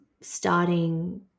starting